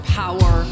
power